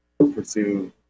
Pursue